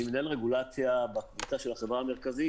אני מנהל רגולציה בקבוצה של החברה המרכזית